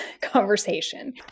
conversation